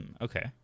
Okay